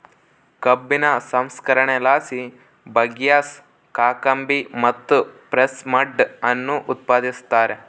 ಕಬ್ಬಿನ ಸಂಸ್ಕರಣೆಲಾಸಿ ಬಗ್ಯಾಸ್, ಕಾಕಂಬಿ ಮತ್ತು ಪ್ರೆಸ್ ಮಡ್ ಅನ್ನು ಉತ್ಪಾದಿಸುತ್ತಾರೆ